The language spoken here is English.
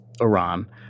Iran